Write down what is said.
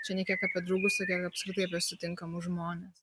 čia ne tiek apie draugus o kiek apskritai apie sutinkamus žmones